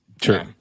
True